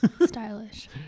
Stylish